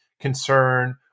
concern